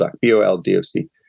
B-O-L-D-O-C